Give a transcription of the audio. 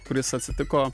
kuris atsitiko